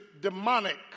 demonic